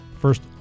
First